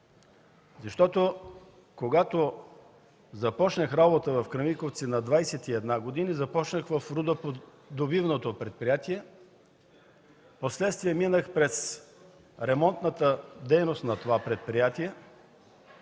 защото когато започнах работа в „Кремиковци” на 21 години, започнах работа в рудодобивното предприятие. Впоследствие минах през ремонтната дейност на предприятието,